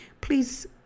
please